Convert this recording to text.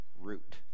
root